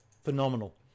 phenomenal